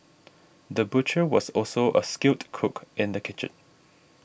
the butcher was also a skilled cook in the kitchen